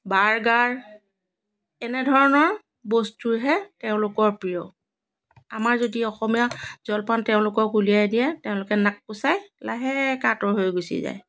burger এনে ধৰণৰ বস্তুৰহে তেওঁলোকৰ প্ৰিয় আমাৰ যদি অসমীয়া জলপান তেওঁলোকক উলিয়াই দিয়ে তেওঁলোকে নাক কোচাই লাহেকৈ আঁতৰ হৈ গুচি যায়